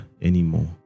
anymore